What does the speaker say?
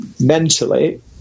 mentally